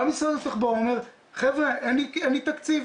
בא משרד התחבורה ואומר, חבר'ה, אין לי תקציב.